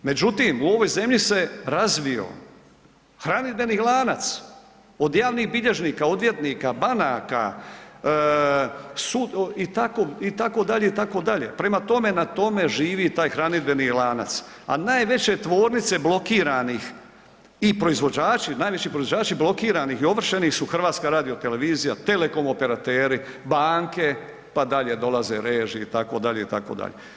Međutim u ovoj zemlji se razvio hranidbeni lanac od javnih bilježnika, odvjetnika, banaka itd., itd., prema tome na tome živi taj hranidbeni lanac, a najveće tvornice blokiranih i proizvođači najveći proizvođači blokiranih i ovršenih su HRT, telekom operateri, banke, pa dalje dolaze režije itd., itd.